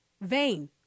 vain